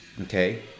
Okay